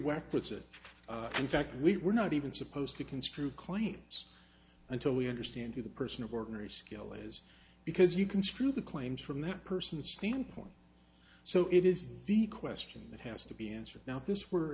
work puts it in fact we were not even supposed to construe claims until we understand who the person of ordinary skill is because you construe the claims from that person's scheme point so it is the question that has to be answered now this were